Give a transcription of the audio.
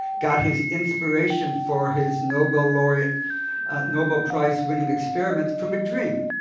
got his inspiration for his nobel laureate nobel prize winning experiments from a dream.